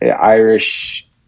Irish